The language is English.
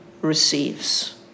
receives